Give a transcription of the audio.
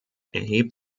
erhebt